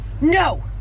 No